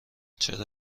چرا